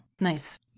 Nice